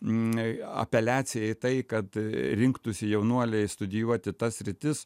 apeliacija į tai kad rinktųsi jaunuoliai studijuoti tas sritis